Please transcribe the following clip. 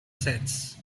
sets